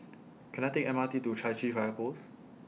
Can I Take M R T to Chai Chee Fire Post